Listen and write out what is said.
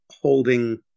holding